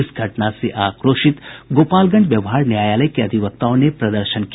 इस घटना से आक्रोशित गोपालगंज व्यवहार न्यायालय के अधिवक्ताओं ने प्रदर्शन किया